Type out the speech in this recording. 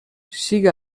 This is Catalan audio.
siga